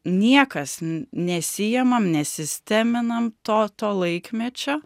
niekas nesiimam nesisteminam to to laikmečio